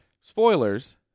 spoilers